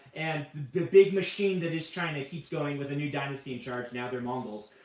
and the big machine that is china keeps going with a new dynasty in charge. now they're mongols.